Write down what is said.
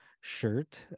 shirt